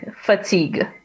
fatigue